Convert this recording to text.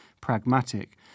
pragmatic